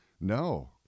No